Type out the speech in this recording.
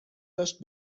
داشت